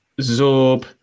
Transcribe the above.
Zorb